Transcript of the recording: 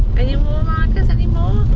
any more marcus anymore?